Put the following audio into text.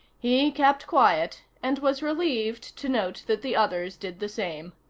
he kept quiet and was relieved to note that the others did the same.